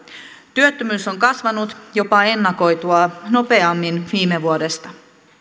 työttömyys on kasvanut jopa ennakoitua nopeammin viime vuodesta